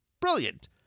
Brilliant